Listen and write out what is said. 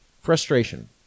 Frustration